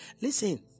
Listen